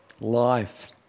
life